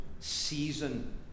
Season